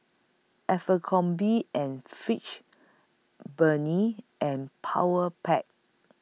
Abercrombie and Fitch Burnie and Powerpac